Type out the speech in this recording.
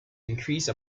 increase